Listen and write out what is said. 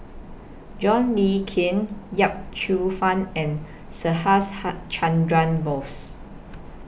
John Le Cain Yip Cheong Fun and Subhas Chandra Bose